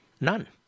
None